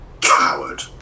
Coward